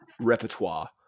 repertoire